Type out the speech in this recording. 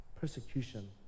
persecution